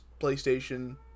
PlayStation